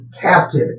captive